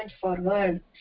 forward